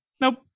Nope